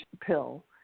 pill